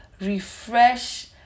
refresh